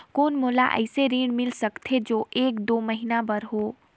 कौन मोला अइसे ऋण मिल सकथे जो एक दो महीना बर हो?